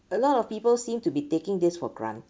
a lot of people seem to be taking this for granted